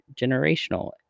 generational